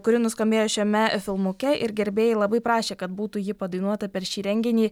kuri nuskambėjo šiame filmuke ir gerbėjai labai prašė kad būtų ji padainuota per šį renginį